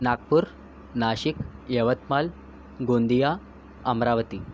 Nagpur Nashik Yavatmal Gondia Amravati